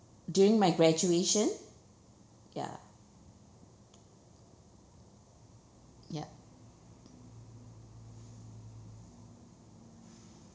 during my graduation ya ya